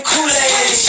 Kool-Aid